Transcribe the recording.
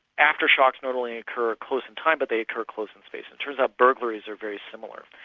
aftershocks not only occur a closer time but they occur closer in space. it turns out burglaries are very similar.